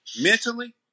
mentally